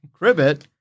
Cribbit